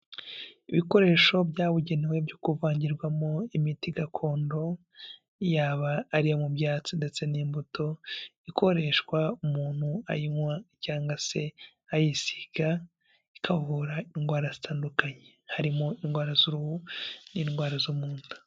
Ibikoresho byabugenewe byo kuvangirwamo imiti gakondo yaba ari iyo mu byatsi ndetse n'imbuto ikoreshwa umuntu ayinywa cyangwa se ayisiga, ikavura indwara zitandukanye harimo indwara z'uruhu n'indwara zo mu nda.